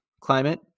climate